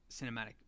cinematic